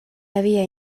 havia